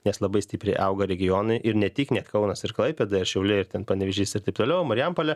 nes labai stipriai auga regionai ir ne tik net kaunas ir klaipėda šiauliai ir ten panevėžys ir taip toliau marijampolė